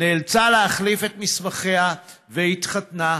נאלצה להחליף את מסמכיה והתחתנה,